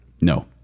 No